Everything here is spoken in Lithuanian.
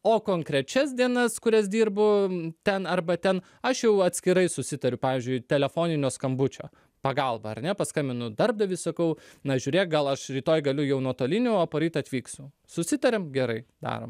o konkrečias dienas kurias dirbu ten arba ten aš jau atskirai susitariu pavyzdžiui telefoninio skambučio pagalba ar ne paskambinu darbdaviui sakau na žiūrėk gal aš rytoj galiu jau nuotoliniu o poryt atvyksiu susitarėm gerai darom